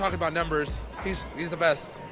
about numbers he's he's the best.